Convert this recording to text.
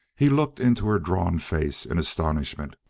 he looked into her drawn face in astonishment.